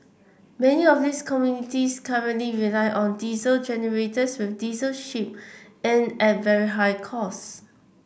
many of these communities currently rely on diesel generators with diesel shipped and a very high cost